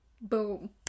boom